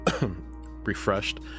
refreshed